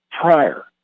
prior